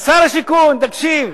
שר השיכון, תקשיב.